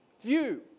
view